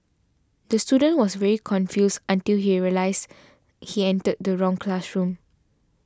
the student was very confused until he realised he entered the wrong classroom